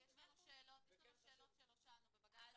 אבל יש לנו שאלות שלא שאלנו בבג"צ.